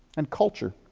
and culture